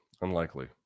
Unlikely